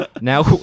now